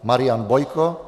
Marian Bojko: